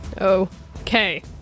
Okay